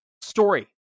story